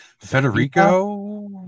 Federico